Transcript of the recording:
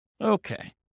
Okay